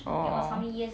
orh